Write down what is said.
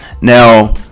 now